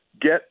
Get